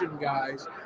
guys